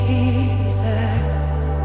Jesus